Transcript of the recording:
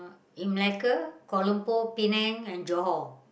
in Malacca Kuala-Lumpur Penang and Johor